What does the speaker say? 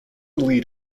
lead